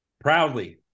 proudly